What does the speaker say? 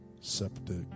Septic